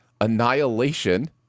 Annihilation